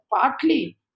partly